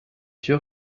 sûr